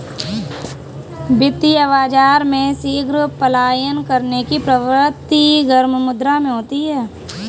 वित्तीय बाजार में शीघ्र पलायन करने की प्रवृत्ति गर्म मुद्रा में होती है